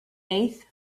eighth